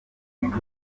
rwanda